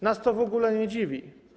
Nas to w ogóle nie dziwi.